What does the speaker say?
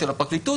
של הפרקליטות.